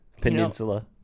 peninsula